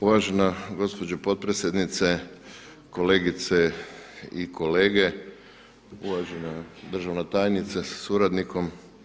Uvažena gospođo potpredsjednice, kolegice i kolege, uvažena državna tajnice sa suradnikom.